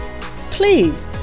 Please